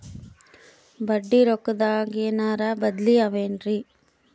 ಬಡ್ಡಿ ರೊಕ್ಕದಾಗೇನರ ಬದ್ಲೀ ಅವೇನ್ರಿ?